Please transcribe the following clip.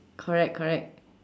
correct correct